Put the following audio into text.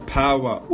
power